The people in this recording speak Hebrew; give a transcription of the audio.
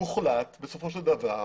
הוחלט בסופו של דבר,